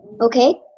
okay